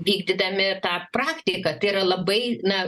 vykdydami tą praktiką tai yra labai na